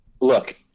look